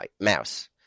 mouse